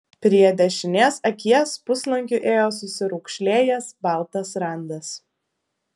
prie dešinės akies puslankiu ėjo susiraukšlėjęs baltas randas